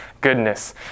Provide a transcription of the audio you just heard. goodness